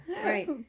right